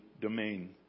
domain